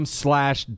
slash